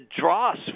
dross